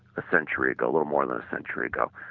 a century ago, little more than a century ago.